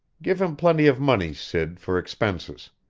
give him plenty of money, sid, for expenses.